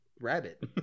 rabbit